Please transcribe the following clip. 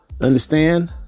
Understand